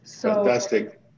Fantastic